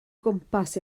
gwmpas